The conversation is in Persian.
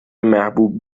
محبوب